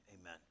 amen